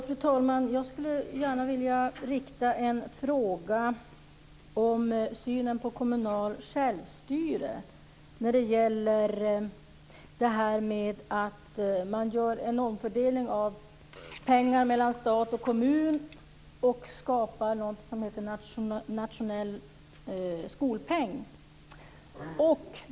Fru talman! Jag skulle vilja rikta en fråga om synen på kommunalt självstyre. Moderaterna föreslår en omfördelning av pengar mellan stat och kommun och att skapa något som heter nationell skolpeng.